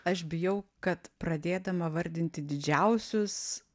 aš bijau kad pradėdama vardinti didžiausius